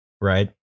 right